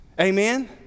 Amen